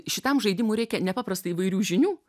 šitam žaidimui reikia nepaprastai įvairių žinių